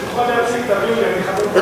יש לך את הנוסח לפניך?